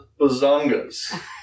bazongas